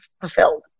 fulfilled